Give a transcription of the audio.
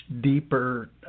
deeper